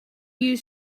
you